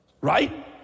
right